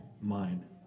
mind